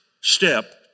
step